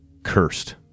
cursed